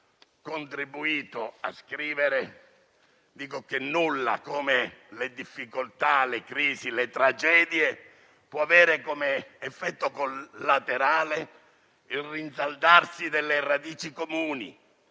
contribuito a scrivere, dico che nulla, come le difficoltà, le crisi e le tragedie, può avere come effetto collaterale il rinsaldarsi delle radici comuni,